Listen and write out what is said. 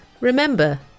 remember